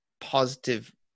positive